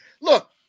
Look